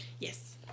yes